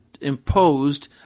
imposed